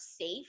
safe